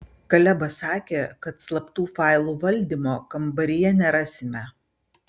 kalebas sakė kad slaptų failų valdymo kambaryje nerasime